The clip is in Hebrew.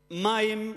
הממשלה,